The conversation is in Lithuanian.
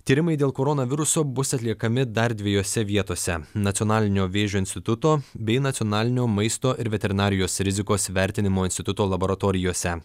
tyrimai dėl koronaviruso bus atliekami dar dviejose vietose nacionalinio vėžio instituto bei nacionalinio maisto ir veterinarijos rizikos vertinimo instituto laboratorijose